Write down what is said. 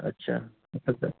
अच्छा आताच आहे